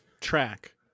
track